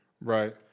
Right